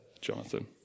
Jonathan